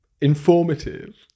Informative